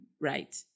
right